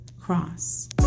cross